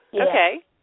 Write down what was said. okay